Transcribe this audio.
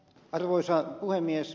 arvoisa puhemies